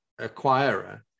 acquirer